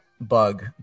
bug